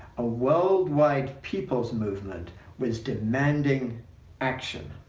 a worldwide people's movement was demanding action.